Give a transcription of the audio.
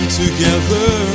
together